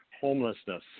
homelessness